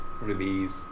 release